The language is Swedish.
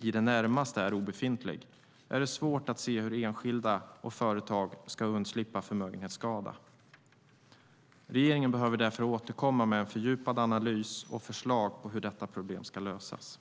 är i det närmaste obefintlig är det svårt att se hur enskilda och företag skulle undslippa förmögenhetsskada. Regeringen behöver återkomma med en fördjupad analys och förslag på hur detta problem ska lösas.